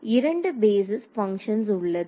மாணவர் இரண்டு basis functions உள்ளது